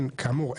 כאמור,